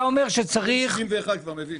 אני בן 71, כבר מבין.